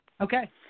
Okay